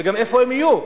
וגם איפה הם יהיו?